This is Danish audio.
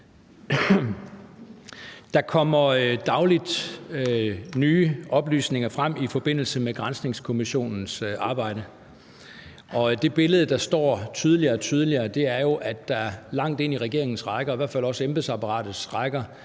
kommer der dagligt nye oplysninger frem, og det billede, der står tydeligere og tydeligere, er jo, at der langt ind i regeringens rækker og i hvert fald også i embedsapparatets rækker